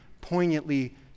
poignantly